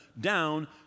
down